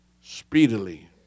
speedily